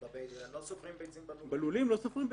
לא סופרים ביצים בלולים.